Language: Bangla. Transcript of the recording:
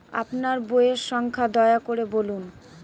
আপনার বইয়ের সংখ্যা দয়া করে বলুন?